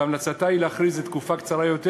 והמלצתה היא להכריז לתקופה קצרה יותר,